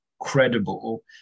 credible